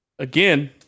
Again